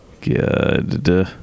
Good